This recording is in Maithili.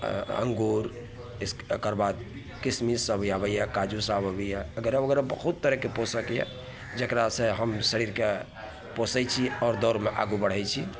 अऽ अङ्गूर इस एकरबाद किसमिश सब भी आबैए काजूसब आबैए वगैरह वगैरह बहुत तरहके पोषक यऽ जकरासे हम शरीरके पोसै छिए आओर दौड़मे आगू बढ़ै छी